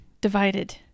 Divided